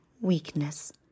weakness